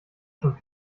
schon